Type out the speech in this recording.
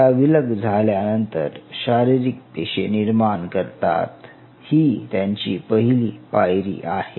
त्या विलग झाल्यानंतर शारीरिक पेशी निर्माण करतात ही त्यांची पहिली पायरी आहे